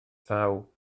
thaw